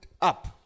up